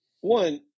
one